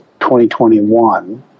2021